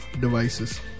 devices